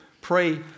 pray